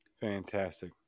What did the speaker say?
Fantastic